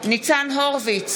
החוק היה, אין פורים.